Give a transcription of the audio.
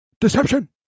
Deception